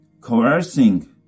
coercing